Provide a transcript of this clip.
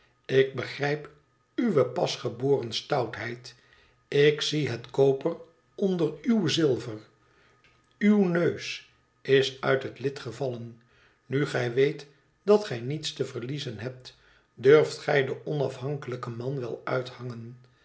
ik begrijp uwe pasgeboren stoutheid ik zie het koper onder uw zilver uw neus is uit het lid gevallen nu gij weet dat gij niets te verliezen hebt durft gij de onafhankelijke man wel uithangen